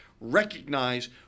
recognize